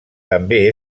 també